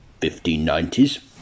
1590s